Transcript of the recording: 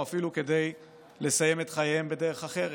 או אפילו כדי לסיים את חייהם בדרך אחרת.